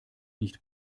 nicht